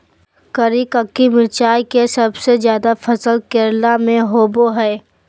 करिककी मिरचाई के सबसे ज्यादा फसल केरल में होबो हइ